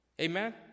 Amen